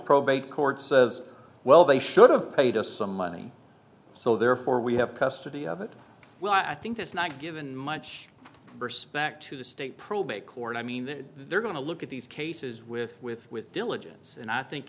probate court says well they should have paid us some money so therefore we have custody of it well i think that's not given much respect to the state probate court i mean that they're going to look at these cases with with with diligence and i think